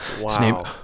Wow